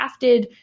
crafted